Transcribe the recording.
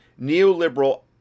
neoliberal